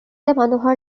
মানুহৰ